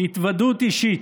התוודות אישית: